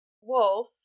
wolf